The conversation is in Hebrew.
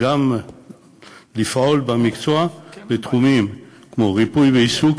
לאפשר לפעול במקצוע בתחומים כמו ריפוי בעיסוק,